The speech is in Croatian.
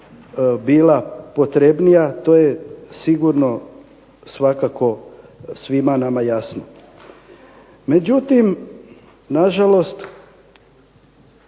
bila potrebnija to je sigurno svakako svima nama jasno. Međutim, nažalost